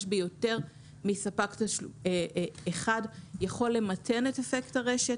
ביותר מספק אחד יכול למתן את אפקט הרשת.